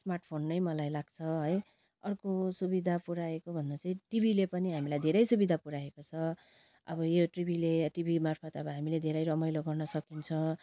smartphone नै मलाई लाग्छ है अर्को सुविधा पुऱ्याएको भन्दा चाहिँ टिभीले पनि हामीलाई धेरै सुविधा पुऱ्याएको छ अब यो टिभीले टिभीमार्फत अब हामीले धेरै रमाइलो गर्न सकिन्छ